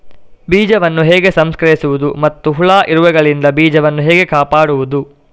ಬೀಜವನ್ನು ಹೇಗೆ ಸಂಸ್ಕರಿಸುವುದು ಮತ್ತು ಹುಳ, ಇರುವೆಗಳಿಂದ ಬೀಜವನ್ನು ಹೇಗೆ ಕಾಪಾಡುವುದು?